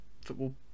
football